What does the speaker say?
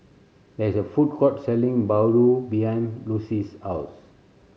there is a food court selling bahulu behind Lucie's house